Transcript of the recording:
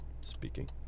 speaking